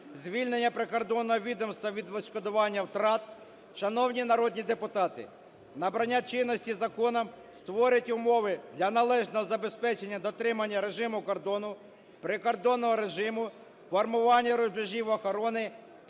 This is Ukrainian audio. звільнення прикордонного відомства від відшкодування втрат. Шановні народні депутати, набрання чинності закону створить умови для належного забезпечення дотримання режиму кордону, прикордонного режиму, формування рубежів охорони